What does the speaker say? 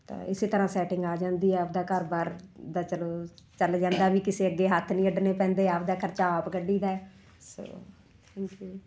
ਤਾਂ ਇਸ ਤਰ੍ਹਾਂ ਸੈਟਿੰਗ ਆ ਜਾਂਦੀ ਹੈ ਆਪਣਾ ਘਰ ਬਾਰ ਦਾ ਚਲੋ ਚਲ ਜਾਂਦਾ ਵੀ ਕਿਸੇ ਅੱਗੇ ਹੱਥ ਨਹੀਂ ਅੱਡਣੇ ਪੈਂਦੇ ਆਪਣਾ ਖਰਚਾ ਆਪ ਕੱਡੀ ਦਾ ਹੈ ਸੋ ਠੀਕ ਹੈ